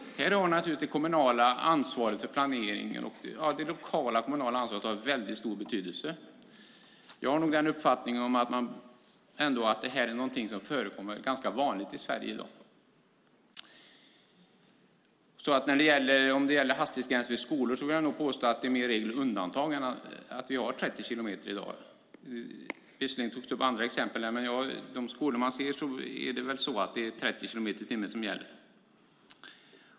Här har naturligtvis det kommunala och lokala ansvaret för planeringen väldigt stor betydelse. Jag har nog uppfattningen att det här är ganska vanligt i Sverige i dag. Om det gäller hastighetsgränser vid skolor vill jag nog påstå att det är mer regel än undantag att vi har 30 kilometer i dag. Visserligen togs det upp andra exempel, men vid de skolor som man ser är det väl så att det är 30 kilometer i timmen som gäller.